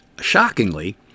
shockingly